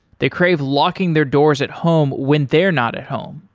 they crave locking their doors at home when they're not at home.